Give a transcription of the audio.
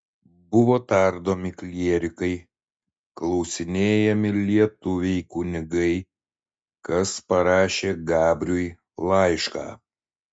buvo tardomi klierikai klausinėjami lietuviai kunigai kas parašė gabriui laišką